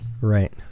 Right